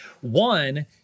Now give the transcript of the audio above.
One